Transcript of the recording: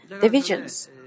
divisions